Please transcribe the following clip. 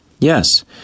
Yes